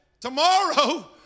tomorrow